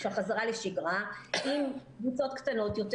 של חזרה לשגרה עם קבוצות קטנות יותר,